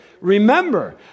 Remember